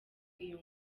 iyo